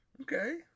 Okay